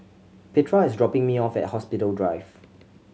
Petra is dropping me off at Hospital Drive